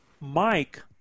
Mike